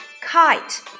kite